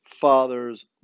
fathers